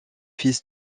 fils